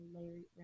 Larry